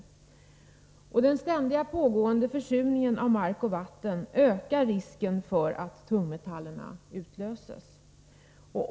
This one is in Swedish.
På grund av den ständigt pågående försurningen av mark och vatten ökar risken för att tungmetallerna utlöses.